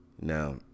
Now